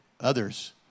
others